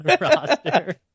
roster